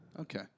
Okay